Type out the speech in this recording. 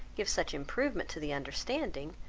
give such improvement to the understanding,